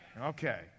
Okay